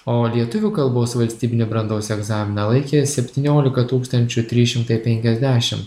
o lietuvių kalbos valstybinį brandos egzaminą laikė septyniolika tūkstančių trys šimtai penkiasdešimt